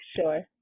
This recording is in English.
sure